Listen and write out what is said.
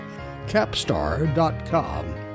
capstar.com